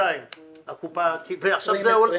הקופה --- 2022?